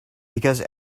because